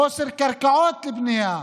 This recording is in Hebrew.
חוסר קרקעות לבנייה,